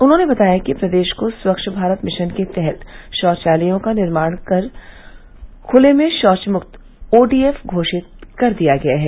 उन्होंने बताया कि प्रदेश को स्वच्छ भारत मिशन के तहत शौचालयों का निर्माण करा कर खुले में शौचमुक्त ओडीएफ घोषित कर दिया गया है